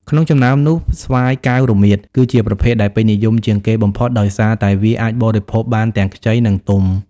ក្នុងចំណោមនោះ ស្វាយកែវរមៀត គឺជាប្រភេទដែលពេញនិយមជាងគេបំផុត ដោយសារតែវាអាចបរិភោគបានទាំងខ្ចី និងទុំ។